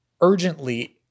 urgently